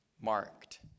marked